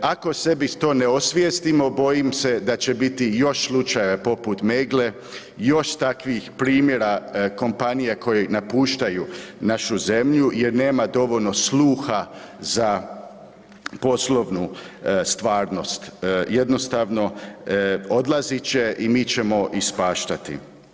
Ako sebi to ne osvijestimo bojim se da će biti još slučaja poput Meggle, još takvih primjera kompanije koje napuštaju našu zemlju jer nema dovoljno sluha za poslovnu stvarnost, jednostavno odlazit će i mi ćemo ispaštati.